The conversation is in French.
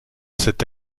cette